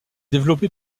développé